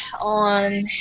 on